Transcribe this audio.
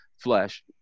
flesh